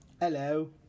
Hello